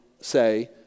say